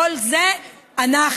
כל זה אנחנו,